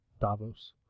Davos